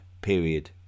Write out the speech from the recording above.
Period